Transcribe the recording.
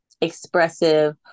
expressive